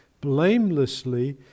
blamelessly